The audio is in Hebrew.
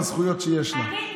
בזכויות שיש לה.